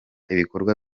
ibikorwa